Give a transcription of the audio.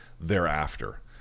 thereafter